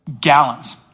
gallons